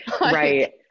Right